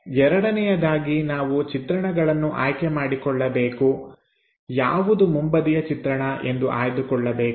ಎರಡನೆಯದಾಗಿ ನಾವು ಚಿತ್ರಣಗಳನ್ನು ಆಯ್ಕೆಮಾಡಿಕೊಳ್ಳಬೇಕು ಯಾವುದು ಮುಂಬದಿಯ ಚಿತ್ರಣ ಎಂದು ಆಯ್ದುಕೊಳ್ಳಬೇಕು